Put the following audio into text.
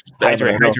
hydrate